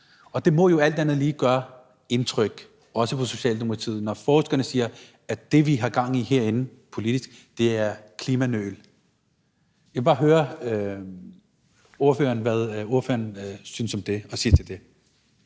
og det må jo alt andet lige gøre indtryk, også på Socialdemokratiet, når forskerne siger, at det, vi har gang i herinde politisk, er klimanøl. Jeg vil bare høre ordføreren, hvad ordføreren synes om det og siger til det.